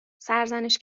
سرزنش